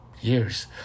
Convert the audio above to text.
years